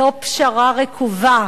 זו פשרה רקובה.